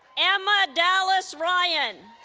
emma dallas ryan